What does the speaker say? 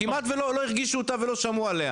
כמעט ולא לא הרגישו אותה ולא שמעו עליה,